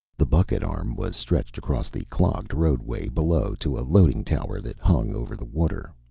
the bucket arm was stretched across the clogged roadway below to a loading tower that hung over the water.